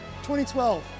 2012